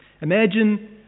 Imagine